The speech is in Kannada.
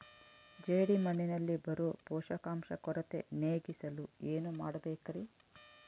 ಜೇಡಿಮಣ್ಣಿನಲ್ಲಿ ಬರೋ ಪೋಷಕಾಂಶ ಕೊರತೆ ನೇಗಿಸಲು ಏನು ಮಾಡಬೇಕರಿ?